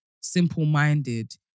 simple-minded